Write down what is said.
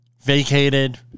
Vacated